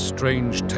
Strange